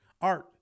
art